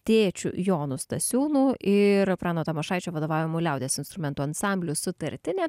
tėčiu jonu stasiūnu ir prano tamošaičio vadovaujamu liaudies instrumentų ansambliu sutartinė